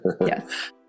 Yes